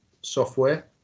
software